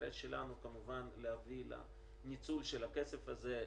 והאינטרס שלנו כמובן להביא לניצול של הכסף הזה,